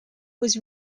was